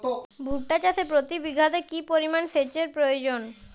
ভুট্টা চাষে প্রতি বিঘাতে কি পরিমান সেচের প্রয়োজন?